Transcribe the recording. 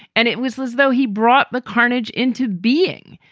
and it was as though he brought the carnage into being.